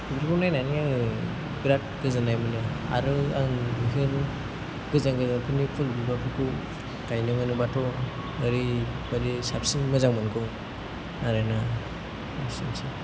बेफोरखौ नायनानै आङो बिराद गोजोननाय मोनो आरो आं बेफोर गोजान गोजाननि फुल बिबारफोरखौ गायनो मोनोब्लाथ' ओरै माने साबसिन मोजां मोनगौ आरोना एसेनोसै